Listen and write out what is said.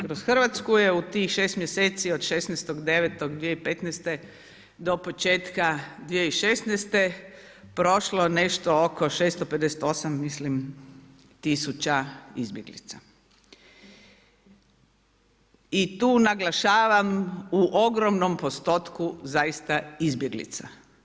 Kroz Hrvatsku je u tih šest mjeseci od 16.9.2015. do početka 2016. prošlo nešto oko 658.000 mislim izbjeglica i tu naglašavam u ogromnom postotku zaista izbjeglica.